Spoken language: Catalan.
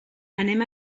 anem